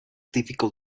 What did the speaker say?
difficult